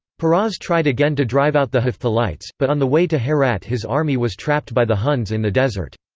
peroz tried again to drive out the hephthalites, but on the way to herat his army was trapped by the huns in the desert.